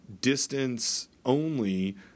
distance-only